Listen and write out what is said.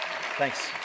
Thanks